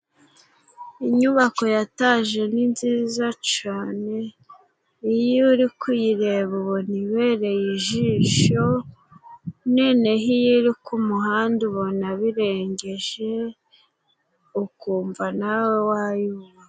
Inyubako ya etaje ni nziza cyane, iyo uri kuyireba ubona ibereye ijisho. Noneho iyo iri ku muhanda ubona birengeje, ukumva nawe wayubaka.